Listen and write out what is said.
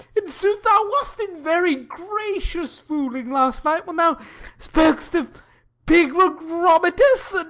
in sooth, thou wast in very gracious fooling last night, when thou spokest of pigrogromitus,